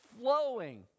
flowing